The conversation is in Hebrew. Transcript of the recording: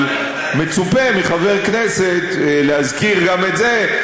אבל מצופה מחבר כנסת להזכיר גם את זה,